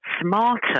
smarter